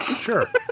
Sure